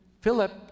Philip